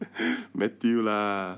matthew lah